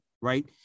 right